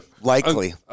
likely